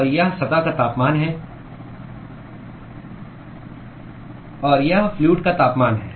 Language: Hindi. और यह सतह का तापमान है और यह फ्लूअड का तापमान है